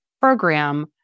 program